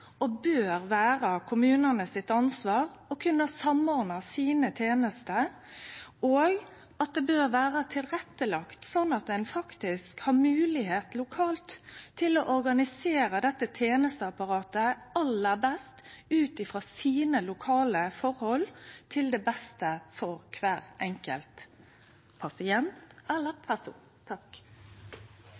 og bør vere kommunane sitt ansvar å samordne tenestene sine, og at det bør vere lagt til rette, slik at ein faktisk har moglegheit lokalt til å organisere dette tenesteapparatet aller best ut frå lokale forhold til det beste for kvar enkelt, pasient eller person.